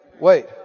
wait